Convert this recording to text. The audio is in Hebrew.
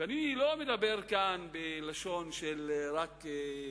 ואני לא מדבר כאן רק בלשון של התחננות.